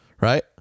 right